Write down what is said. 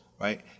right